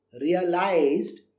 realized